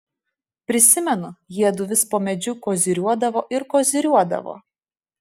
prisimenu jiedu vis po medžiu koziriuodavo ir koziriuodavo